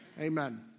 Amen